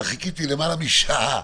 אבל חיכיתי למעלה משעה